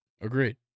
Agreed